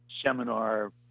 seminar